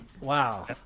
Wow